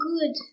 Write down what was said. good